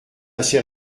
assez